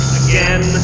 again